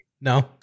No